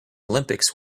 olympics